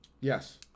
Yes